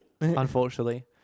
unfortunately